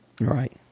Right